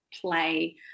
play